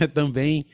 também